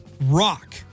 rock